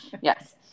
Yes